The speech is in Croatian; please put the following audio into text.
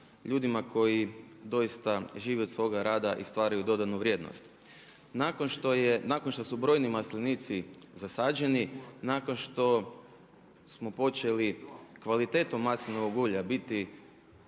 ljudima koji doista žive od svoga rada i stvaraju dodanu vrijednost. Nakon što je, nakon što su brojni maslinici zasađeni nakon što počeli kvalitetom maslinovog ulja biti